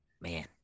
man